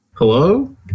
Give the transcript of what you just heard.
Hello